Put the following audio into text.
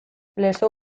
lezo